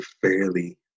fairly